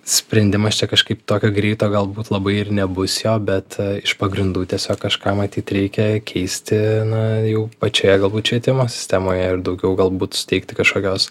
sprendimas čia kažkaip tokio greito galbūt labai ir nebus jo bet iš pagrindų tiesiog kažką matyt reikia keisti na jau pačioje galbūt švietimo sistemoje ir daugiau galbūt suteikti kažkokios